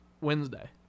Wednesday